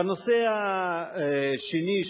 בנושא השני,